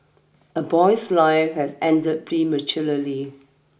a boy's lie has ended prematurely